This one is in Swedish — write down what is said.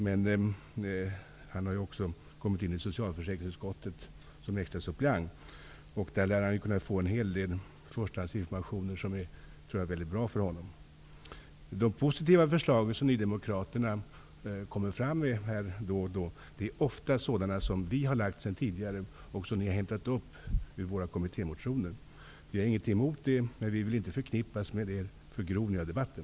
Lars Moquist har ju också kommit med i socialförsäkringsutskottet som extra suppleant. Där lär han kunna få en hel del förstahandsinformation, som nog är väldigt bra för honom att få höra. De positiva förslag som Nydemokraterna då och då lägger fram är ofta sådana förslag som vi moderater tidigare har lagt fram i bl.a. våra kommittémotioner. Det har vi ingenting emot, men vi vill inte förknippas med denna förgrovning av debatten.